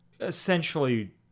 essentially